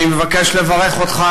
אני מבקש לברך אותך,